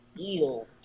eel